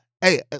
hey